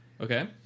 Okay